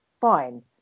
Fine